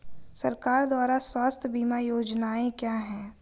सरकार द्वारा स्वास्थ्य बीमा योजनाएं क्या हैं?